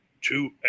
two